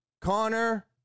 Connor